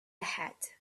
hat